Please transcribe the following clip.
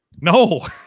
No